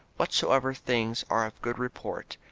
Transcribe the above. whatsoever things are of good report.